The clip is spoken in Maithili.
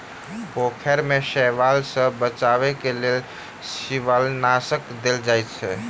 पोखैर में शैवाल सॅ बचावक लेल शिवालनाशक देल जाइत अछि